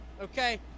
Okay